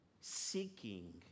seeking